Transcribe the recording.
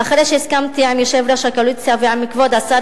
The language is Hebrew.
ואחרי שהסכמתי עם יושב-ראש הקואליציה ועם כבוד השר,